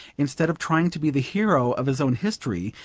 instead of trying to be the hero of his own history,